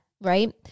right